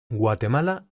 guatemala